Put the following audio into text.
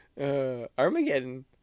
Armageddon